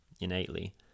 innately